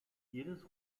jedes